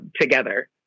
together